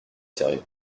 sérieux